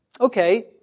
okay